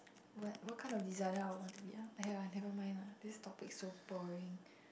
what what kind of designer I would want to be ah !aiya! never mind lah this topic so boring